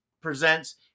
presents